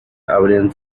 habrían